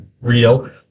real